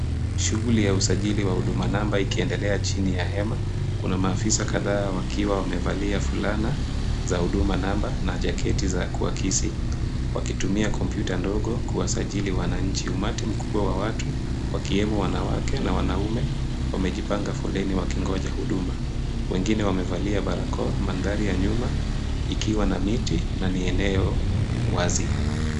Shughuli wa usajili wa huduma namba ikiendelea chini ya hema. Kuna maafisa kadhaa wakiwa wamevalia fulana za huduma namba na jaketi za kuakisi. Wakitumia kompyuta ndogo kuwasajili wananchi. Umati mkubwa wa watu wakiemo wanawake na wanaume wamejipanga foleni wakingoja huduma. Wengine wamevalia barakoa, mandhari ya nyuma, ikiwa na miti, na ni eneo wazi.